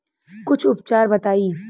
कुछ उपचार बताई?